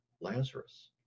Lazarus